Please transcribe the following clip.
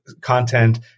content